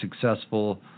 successful